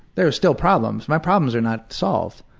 they were still problems. my problems are not solved,